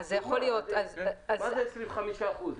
מה זה 25%?